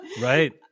right